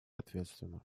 ответственно